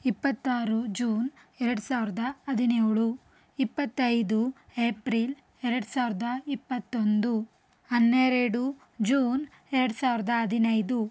ಇಪ್ಪತ್ತಾರು ಜೂನ್ ಎರಡು ಸಾವಿರದ ಹದಿನೇಳು ಇಪ್ಪತ್ತೈದು ಏಪ್ರಿಲ್ ಎರಡು ಸಾವಿರದ ಇಪ್ಪತ್ತೊಂದು ಹನ್ನೆರಡು ಜೂನ್ ಎರಡು ಸಾವಿರದ ಹದಿನೈದು